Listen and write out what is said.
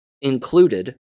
included